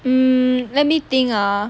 mm let me think ah